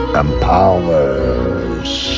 empowers